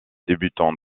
débutants